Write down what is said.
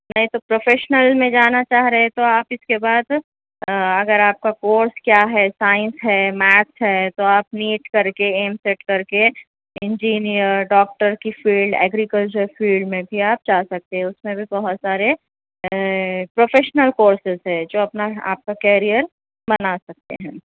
نہیں تو پروفیشنل میں جانا چاہ رہے تو آپ اس کے بعد اگر آپ کا کورس کیا ہے سائنس ہے میتھس ہے تو آپ نیٹ کر کے ایم سیٹ کر کے انجینئر ڈاکٹر کی فیلڈ ایگریکلچر فیلڈ میں بھی آپ جا سکتے اس میں بھی بہت سارے پروفیشنل کورسز ہے جو اپنا آپ کا کیریئر بنا سکتے ہیں